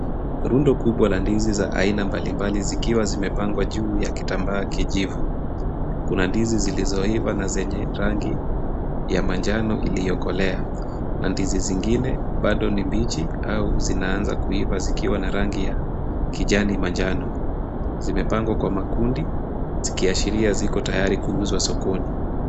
Rundo kubwa za ndizi za aina mbalimbali zikiwa zimepangwa juu ya kitambaa kijivu. Kuna ndizi zilizoiva na zenye rangi ya manjano iliyokolea na ndizi zingine bado ni mbichi au zinaanza kuiva zikiwa na rangi ya kijani manjano. Zimepangwa kwa makundi zikiashiria ziko tayari kuuzwa sokoni.